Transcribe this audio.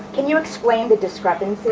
can you explain the discrepancy?